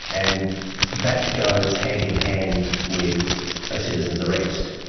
and that goes hand in hand with a citizen's arrest.